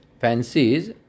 Fancies